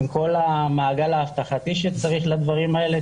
עם כל המעגל האבטחתי שצריך לדברים האלה,